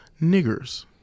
niggers